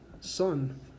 son